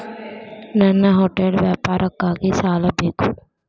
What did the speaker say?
ನನ್ನ ಹೋಟೆಲ್ ವ್ಯಾಪಾರಕ್ಕಾಗಿ ಸಾಲ ಬೇಕು